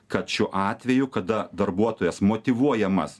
kad šiuo atveju kada darbuotojas motyvuojamas